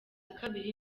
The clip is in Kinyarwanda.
kabiri